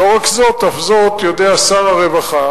זאת אף זאת: שר הרווחה